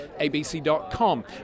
ABC.com